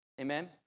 Amen